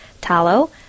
tallow